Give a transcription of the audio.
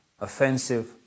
offensive